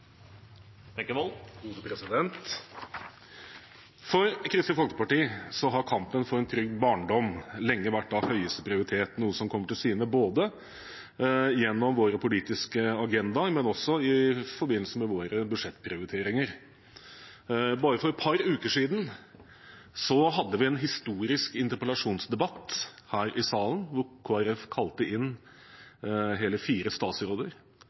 For Kristelig Folkeparti har kampen for en trygg barndom lenge vært av høyeste prioritet, noe som kommer til syne både gjennom våre politiske agendaer, men også i forbindelse med våre budsjettprioriteringer. For bare et par uker siden hadde vi en historisk interpellasjonsdebatt her i salen, hvor Kristelig Folkeparti kalte inn hele fire statsråder